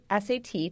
SAT